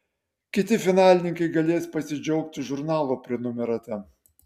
kiti finalininkai galės pasidžiaugti žurnalo prenumerata